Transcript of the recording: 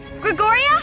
Gregoria